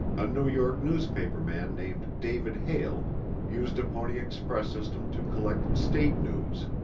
a new york newspaper man named david hale used a pony express system to collect state news.